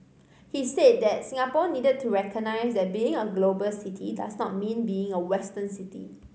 he said that Singapore needed to recognise that being a global city does not mean being a Western city